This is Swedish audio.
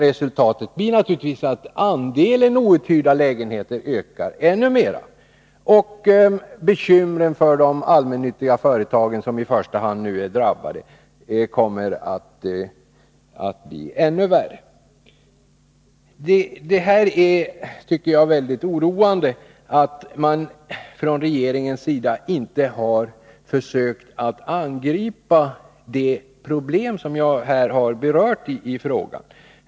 Resultatet blir naturligtvis att andelen outhyrda lägenheter ökar ännu mera, och bekymren för de allmännyttiga företagen, som nu i första hand är drabbade, kommer att bli ännu större. Jag tycker att det är mycket oroande att regeringen inte har försökt att angripa de problem som jag har berört i min fråga.